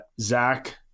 zach